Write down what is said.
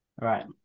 Right